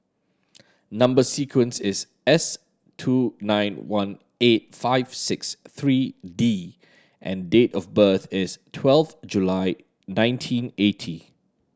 number sequence is S two nine one eight five six three D and date of birth is twelve July nineteen eighty